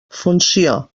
funció